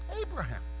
Abraham